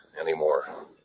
anymore